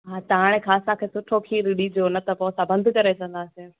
हा त हाणे खां असांखे सुठो खीरु ॾिजो न त पोइ असां बंदि करे रखंदासीं